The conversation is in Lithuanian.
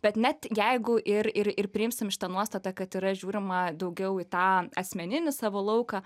bet net jeigu ir ir ir priimsim šitą nuostatą kad yra žiūrima daugiau į tą asmeninį savo lauką